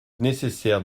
nécessaire